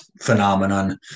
phenomenon